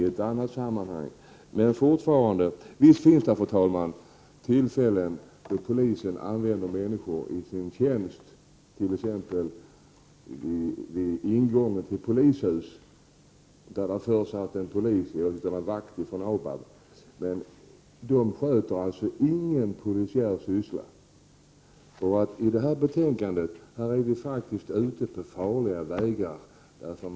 Visst finns det, fru talman, tillfällen då polisen använder icke polisutbilda — Prot. 1988/89:125 de personer i sin tjänst, t.ex. vid ingången till polishus, där man har en vakt — 31 maj 1989 från ABAB. Men den vakten sköter alltså inte någon polisiär syssla. I detta betänkande är man faktiskt ute på farliga vägar.